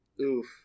Oof